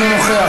אינו נוכח,